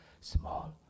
small